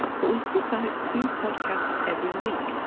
but we put out two podcasts every week,